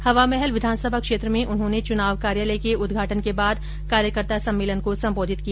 हवामहल विधानसभा क्षेत्र में उन्होंने चुनाव कार्यालय के उद्घाटन के बाद कार्यकर्ता सम्मेलन को संबोधित किया